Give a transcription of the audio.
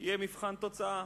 יהיה מבחן תוצאה.